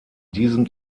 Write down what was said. diesem